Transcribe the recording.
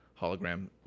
hologram